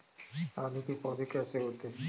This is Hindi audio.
आलू के पौधे कैसे होते हैं?